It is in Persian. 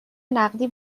نقدی